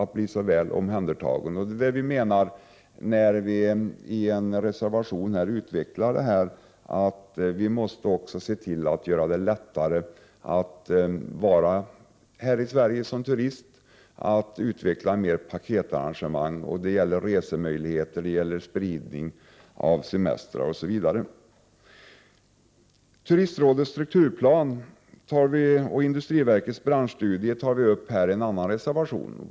Det är detta vi syftar på när vi i en reservation utvecklar detta med att vi måste se till att göra det lättare för människor att vara i Sverige som turister och utveckla paketarrangemang. Det gäller resemöjligheter, spridning av semestrar osv. Turistrådets strukturplan och industriverkets branschstudie tar vi upp i en annan reservation.